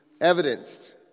evidenced